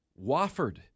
Wofford